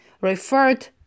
referred